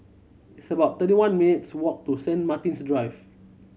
it's about thirty one minutes' walk to Saint Martin's Drive